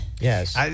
Yes